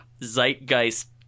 zeitgeist